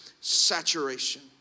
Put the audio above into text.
saturation